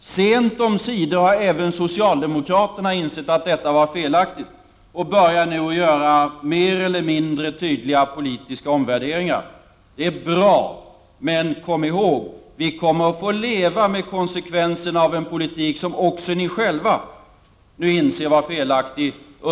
Sent omsider har även socialdemokraterna insett att dessa beslut var felaktiga och börjar nu göra mer eller mindre tydliga politiska omvärderingar. Det är bra, men kom ihåg: Vi kommer under en stor del av 1990-talet att få leva med konsekvenserna av en politik, som också ni själva nu inser var felaktig.